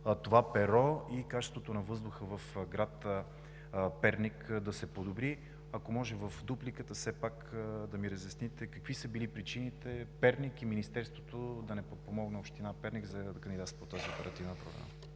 това перо, и качеството на въздуха в град Перник да се подобри. Ако може, в дупликата все пак да ми разясните: какви са били причините Министерството да не подпомогне община Перник за кандидатстване по тази оперативна програма?